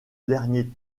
dernier